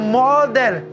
model